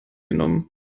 genommen